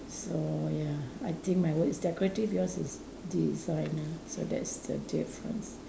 so ya I think my word is decorative yours is designer so that's the difference